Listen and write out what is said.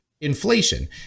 inflation